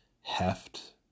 heft